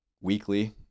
weekly